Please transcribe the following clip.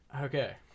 Okay